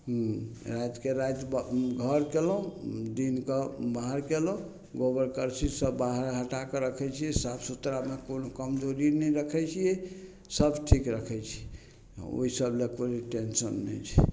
हुँ रातिके राति घर कएलहुँ दिनके बाहर कएलहुँ गोबर करसी सब बाहर हटा कऽ रखै छिए साफ सुथरामे कोनो कमजोरी नहि रखै छिए सब ठीक रखै छिए ओहि सबले कोनो टेन्शन नहि छै